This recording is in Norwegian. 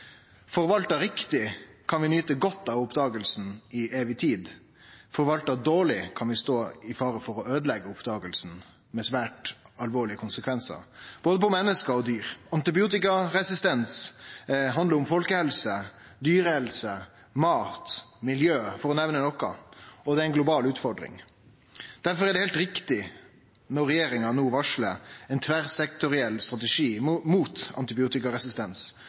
Forvalta riktig kan ein nyte godt av oppdaginga til evig tid. Forvalta dårleg kan ein stå i fare for å øydeleggje oppdaginga, med svært alvorlege konsekvensar både for menneske og på dyr. Antibiotikaresistens handlar om folkehelse, dyrehelse, mat og miljø – for å nemne noko – og det er ei global utfordring. Derfor er det heilt riktig når regjeringa – med fire departement – no varslar ein tverrsektoriell strategi mot